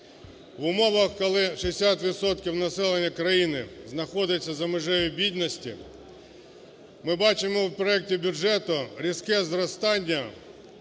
В умовах, коли 60 відсотків населення країни знаходиться за межею бідності, ми бачимо в проекті бюджету різке зростання